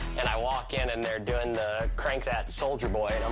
and i walk in and they're doing the crank that soulja boy,